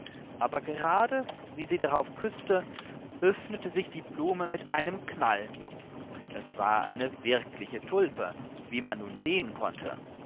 aber gerade wie sie darauf küßte öffnete sich die blume mit einem knall es war eine wirkliche tulpe wie man nun sehen konnte